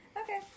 Okay